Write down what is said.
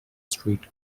street